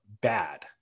bad